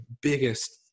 biggest